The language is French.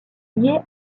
liée